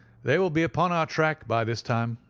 they will be upon our track by this time,